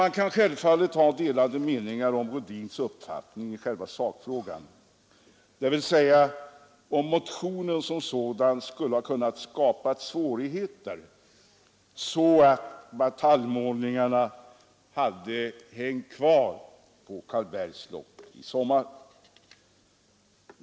Man kan självfallet ha delade meningar om Rödins uppfattning i själva sakfrågan — att en motion som sådan skulle ha kunnat leda till att bataljmålningarna hade hängt kvar på Karlbergs slott i sommar.